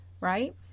right